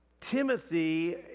Timothy